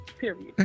Period